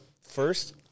first